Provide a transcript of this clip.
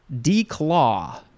declaw